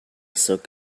soak